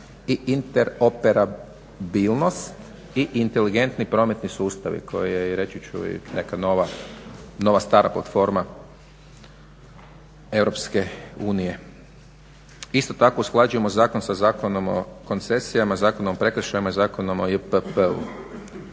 i Interoperabilnost i inteligentni prometni sustavi koje je reći ću i neka nova stara platforma EU. Isto tako usklađujemo zakon sa Zakonom o koncesijama, Zakonom o prekršajima i Zakonom o JPP-u.